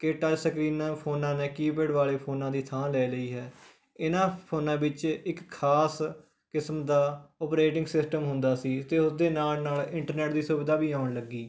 ਕਿ ਟੱਚ ਸਕਰੀਨਾਂ ਫ਼ੋਨਾਂ ਨੇ ਕੀਪੈਡ ਵਾਲੇ ਫੋਨਾਂ ਦੀ ਥਾਂ ਲੈ ਲਈ ਹੈ ਇਹਨਾਂ ਫੋਨਾਂ ਵਿੱਚ ਇੱਕ ਖਾਸ ਕਿਸਮ ਦਾ ਓਪਰੇਟਿੰਗ ਸਿਸਟਮ ਹੁੰਦਾ ਸੀ ਅਤੇ ਉਸ ਦੇ ਨਾਲ ਨਾਲ ਇੰਟਰਨੈੱਟ ਦੀ ਸੁਵਿਧਾ ਵੀ ਆਉਣ ਲੱਗੀ